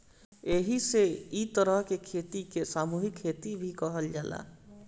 एही से इ तरह के खेती के सामूहिक खेती भी कहल जाला